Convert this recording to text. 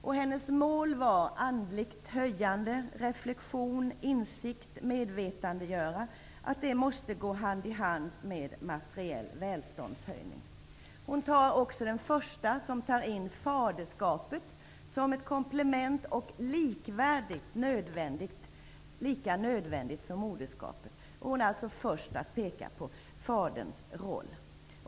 Frida Steenhoffs mål var att ett andligt höjande, reflexion, insikt och medvetandegörande måste gå hand i hand med materiell välståndshöjning. Hon var också den första som talade om faderskapet som ett komplement som är lika nödvändigt som moderskapet. Hon är först med att peka på faderns roll.